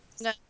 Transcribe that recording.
No